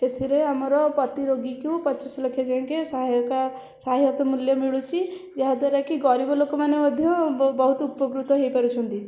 ସେଥିରେ ଆମର ପ୍ରତି ରୋଗୀକୁ ପଚିଶ ଲକ୍ଷ ଯାଏଁକେ ସହାୟକ ସହାୟତା ମୂଲ୍ୟ ମିଳୁଛି ଯାହା ଦ୍ୱାରା କି ଗରିବ ଲୋକମାନେ ମଧ୍ୟ ବହୁତ ଉପକୃତ ହେଇପାରୁଛନ୍ତି